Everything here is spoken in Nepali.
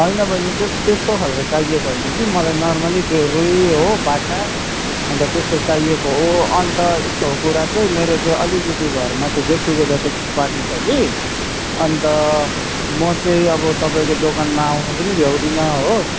हैन बहिनी त्यो त्यस्तो खालको चाहिएको हैन कि मलाई नर्मली त्यो रुई हो बाटा अनि त त्यस्तो चाहिएको हो अनि त यस्तो हो कुरा चाहिँ मेरो त्यो अलिकति घरमा चाहिँ गेटटुगेदर जस्तो पार्टी छ कि अनि त म चाहिँ अब तपाईँको दोकानमा आउनु पनि भ्याउदिनँ हो